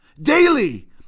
daily